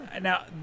now